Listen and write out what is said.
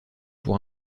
pour